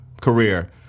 career